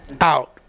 out